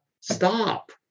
stop